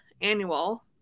annual